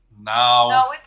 now